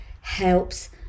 helps